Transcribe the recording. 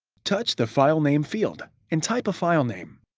touch the file name field, and type a file name.